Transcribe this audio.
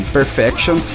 Perfection